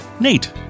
Nate